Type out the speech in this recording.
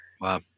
Wow